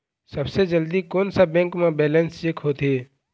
सबसे जल्दी कोन सा बैंक म बैलेंस चेक होथे?